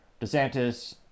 DeSantis